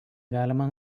galima